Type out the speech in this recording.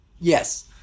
Yes